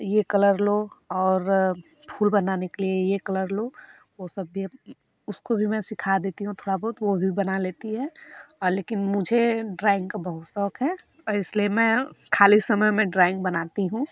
ये कलर लो और फूल बनाने के लिए ये कलर लो वो सब भी उसको भी मैं सिखा देती हूँ थोड़ा बहुत वो भी बना लेती है लेकिन मुझे ड्रॉइंग का बहुत शौक है और इसलिए मैं खाली समय में ड्रॉइंग बनाती हूँ